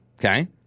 Okay